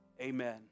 Amen